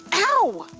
ow!